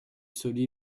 sauli